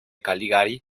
cagliari